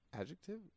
adjective